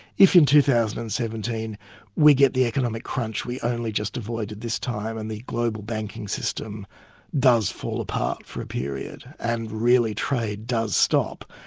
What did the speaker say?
if in two thousand and seventeen we get the economic crunch we only just avoided this time and the global banking system does fall apart for a period, and really trade does stop,